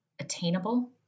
Attainable